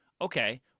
Okay